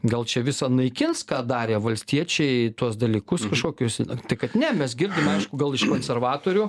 gal čia visa naikins ką darė valstiečiai tuos dalykus kažkokius tai kad ne mes girdim aišku gal iš konservatorių